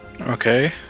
okay